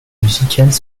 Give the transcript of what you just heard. musicales